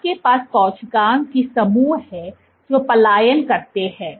आपके पास कोशिकाओं के समूह हैं जो पलायन करते हैं